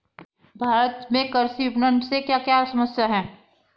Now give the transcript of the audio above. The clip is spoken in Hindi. भारत में कृषि विपणन से क्या क्या समस्या हैं?